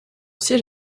siège